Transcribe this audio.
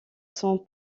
son